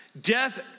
death